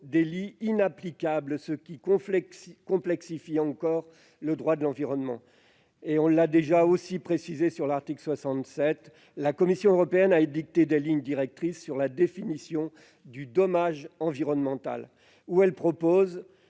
délit inapplicable, ce qui complexifiera encore le droit de l'environnement. En outre, comme nous l'avons déjà indiqué, la Commission européenne a édicté des lignes directrices sur la définition du dommage environnemental : elle propose